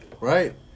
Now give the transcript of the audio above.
Right